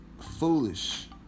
Foolish